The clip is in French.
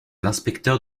l’inspecteur